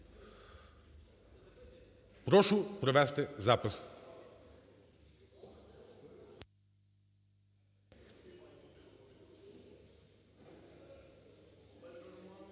Прошу провести запис.